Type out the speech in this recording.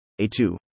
A2